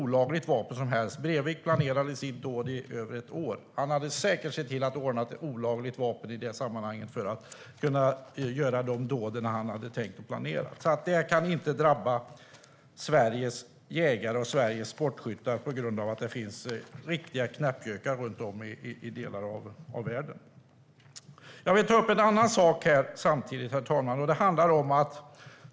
Breivik planerade sitt dåd i över ett år. Han hade säkert sett till att ordna ett olagligt vapen för att kunna utföra de dåd som han hade planerat. Det kan inte drabba Sveriges jägare och Sveriges sportskyttar att det finns riktiga knäppgökar runt om i delar av världen. Herr talman! Jag vill ta upp en annan sak som handlar om sportskytteverksamheten.